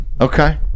Okay